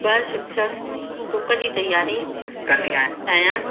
प्रशिक्षण डुक जी तयारी कंदी आहियां आहियां